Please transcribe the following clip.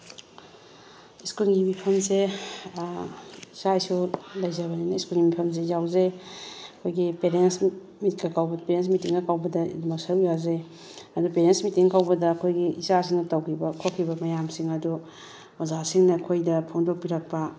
ꯁ꯭ꯀꯨꯜꯒꯤ ꯃꯤꯐꯝꯁꯦ ꯁ꯭ꯋꯥꯏꯁꯨ ꯂꯩꯖꯕꯅꯤꯅ ꯁ꯭ꯀꯨꯜꯒꯤ ꯃꯤꯐꯝꯁꯦ ꯌꯥꯎꯖꯩ ꯑꯩꯈꯣꯏꯒꯤ ꯄꯦꯔꯦꯟꯁ ꯄꯦꯔꯦꯟꯁ ꯃꯤꯇꯤꯡꯒ ꯇꯧꯕꯗ ꯁꯔꯨꯛ ꯌꯥꯖꯩ ꯑꯗꯨ ꯄꯦꯔꯦꯟꯁ ꯃꯤꯇꯤꯡ ꯇꯧꯕꯗ ꯑꯩꯈꯣꯏꯒꯤ ꯏꯆꯥꯁꯤꯡꯅ ꯇꯧꯈꯤꯕ ꯈꯣꯠꯈꯤꯕ ꯃꯌꯥꯝꯁꯤꯡ ꯑꯗꯣ ꯑꯣꯖꯥꯁꯤꯡꯅ ꯑꯩꯈꯣꯏꯗ ꯐꯣꯡꯗꯣꯛꯄꯤꯔꯛꯄ